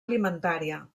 alimentària